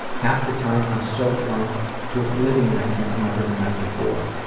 half the time i am so drunk to oblivion i can't remember the night before.